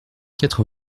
quatre